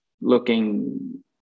looking